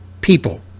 people